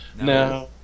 No